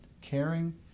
caring